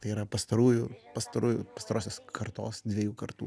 tai yra pastarųjų pastarųjų pastarosios kartos dviejų kartų